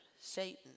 Satan